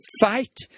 fight